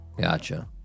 Gotcha